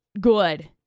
Good